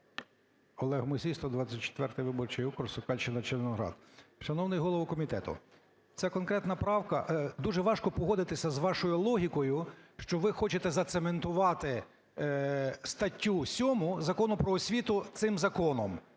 Олег Мусій, 124 виборчий округ, Сокальщина, Червоноград. Шановний голово комітету, це конкретна правка… Дуже важко погодитися з вашою логікою, що ви хочете зацементувати статтю 7 Закону "Про освіту" цим законом